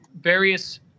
various